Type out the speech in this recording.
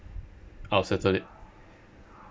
I'll settle it